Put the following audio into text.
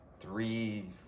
three